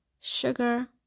sugar